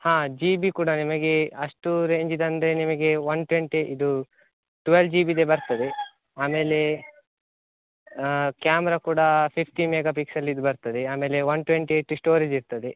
ಹಾಂ G B ಕೂಡ ನಿಮಗೆ ಅಷ್ಟು ರೇಂಜಿದಂದರೆ ನಿಮಗೆ ಒನ್ ಟ್ವೆಂಟಿ ಇದು ಟ್ವೇಲ್ ಜಿ ಬಿದೇ ಬರ್ತದೆ ಆಮೇಲೆ ಕ್ಯಾಮರಾ ಕೂಡ ಫಿಫ್ಟೀನ್ ಮೆಗಾ ಪಿಕ್ಸಲಿದು ಬರ್ತದೆ ಆಮೇಲೆ ಒನ್ ಟ್ವೆಂಟಿ ಏಯ್ಟ್ ಸ್ಟೋರೇಜ್ ಇರ್ತದೆ